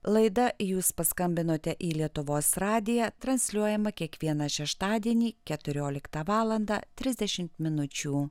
laida jūs paskambinote į lietuvos radiją transliuojama kiekvieną šeštadienį keturioliktą valandą trisdešimt minučių